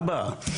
אבא,